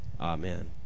amen